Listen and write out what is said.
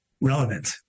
relevant